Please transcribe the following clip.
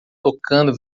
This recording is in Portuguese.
tocando